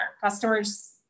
Customers